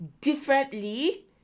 differently